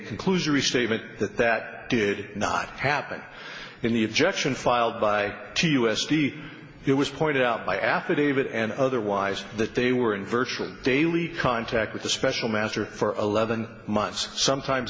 conclusion restatement that that did not happen in the objection filed by to us the it was pointed out by affidavit and otherwise that they were in virtually daily contact with the special master for eleven months sometimes